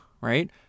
right